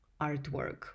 artwork